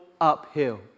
uphill